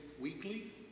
weekly